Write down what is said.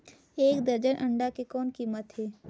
एक दर्जन अंडा के कौन कीमत हे?